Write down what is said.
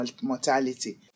mortality